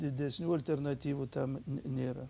didesnių alternatyvų tam nėra